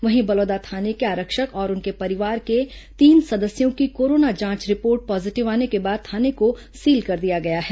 वहीं बलौदा थाने के आरक्षक और उनके परिवार के तीन सदस्यों की कोरोना जांच रिपोर्ट पॉजीटिव आने के बाद थाने को सील कर दिया गया है